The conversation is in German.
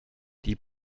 die